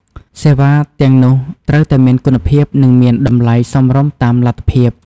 សេវាទាំងនោះត្រូវតែមានគុណភាពនិងមានតម្លៃសមរម្យតាមលទ្ធភាព។